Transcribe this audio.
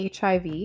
HIV